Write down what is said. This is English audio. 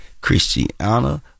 christiana